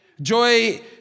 Joy